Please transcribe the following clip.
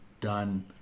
done